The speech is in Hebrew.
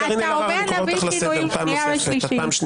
אני קורא אותך לסדר פעם שנייה.